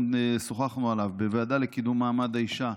שוחחנו עליו בוועדה לקידום מעמד האישה,